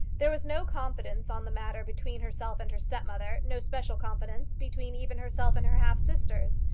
there was no confidence on the matter between herself and her stepmother no special confidence between even herself and her half-sisters.